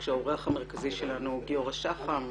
כאשר האורח המרכזי שלנו הוא גיורא שחם,